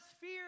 fear